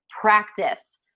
practice